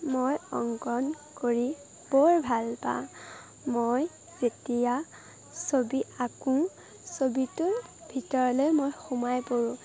মই অংকন কৰি বৰ ভালপাওঁ মই যেতিয়া ছবি আকোঁ ছবিটোৰ ভিতৰলৈ মই সোমাই পৰোঁ